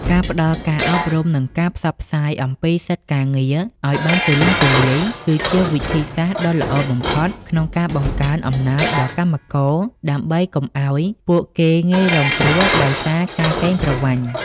ការផ្តល់ការអប់រំ និងការផ្សព្វផ្សាយអំពីសិទ្ធិការងារឱ្យបានទូលំទូលាយ គឺជាវិធីសាស្ត្រដ៏ល្អបំផុតក្នុងការបង្កើនអំណាចដល់កម្មករ ដើម្បីកុំឱ្យពួកគេងាយរងគ្រោះដោយសារការកេងប្រវ័ញ្ច។